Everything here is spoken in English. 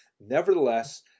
Nevertheless